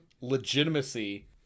legitimacy